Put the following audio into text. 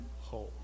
home